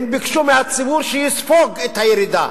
הם ביקשו מהציבור שיספוג את הירידה.